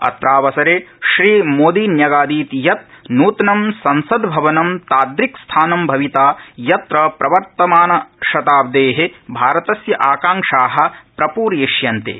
अत्रावसरे श्री मोदी न्यगादीत् यत् नूत्नं संसद भवनं तादृक्स्थानं भविता यत्र प्रवर्तमानशताब्दे भारतस्य आकांक्षा प्रप्रयिष्यन्ते